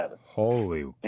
Holy